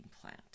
plant